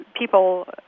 people